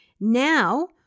Now